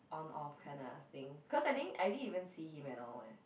on off kinda thing cause I didn't I didn't even see him at all eh